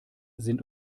sind